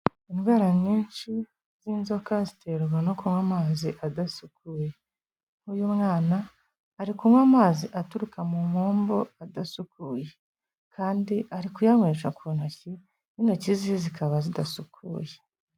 Indwara nyinshi z'inzoka ziterwa no kunywa amazi adasukuye. Nk'uyu mwana ari kunywa amazi aturuka mu mpombo adasukuye, kandi ari kuyanywesha ku ntoki, n'intoki ze zikaba zidasukuye.